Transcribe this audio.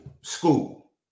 school